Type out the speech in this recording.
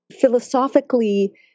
philosophically